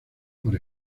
por